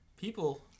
people